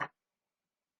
ba